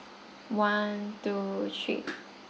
one two three